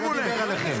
הוא לא דיבר עליכם.